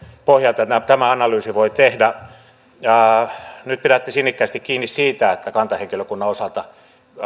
pohjalta tämän analyysin voi tehdä nyt pidätte sinnikkäästi kiinni siitä että kantahenkilökunnan osalta